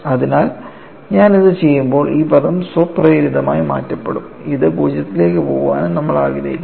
അതിനാൽ ഞാൻ ഇത് ചെയ്യുമ്പോൾ ഈ പദം സ്വപ്രേരിതമായി മാറ്റപ്പെടും ഇത് 0 ലേക്ക് പോകാനും നമ്മൾ ആഗ്രഹിക്കുന്നു